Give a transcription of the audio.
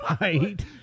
right